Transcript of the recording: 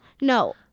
no